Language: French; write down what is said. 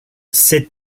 cette